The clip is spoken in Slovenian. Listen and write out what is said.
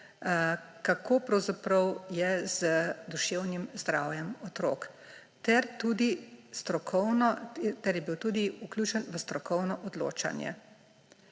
je z duševnim zdravjem otrok ter je bil tudi vključen v strokovno odločanje.